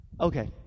Okay